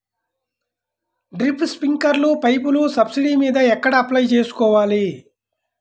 Drip, స్ప్రింకర్లు పైపులు subsidy మీద ఎక్కడ అప్లై చేసుకోవాలి?